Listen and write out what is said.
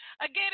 Again